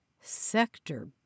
Sector